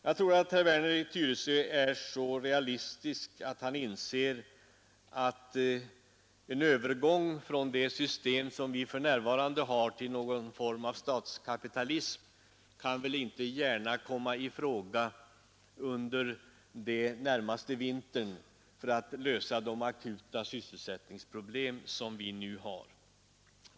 Jag tror att herr Werner är så realistisk att han inser att en övergång från det system som vi för närvarande har till någon form av statskapitalism inte gärna kan komma i fråga under den närmaste vintern för att lösa de akuta sysselsättningsproblem vi nu har.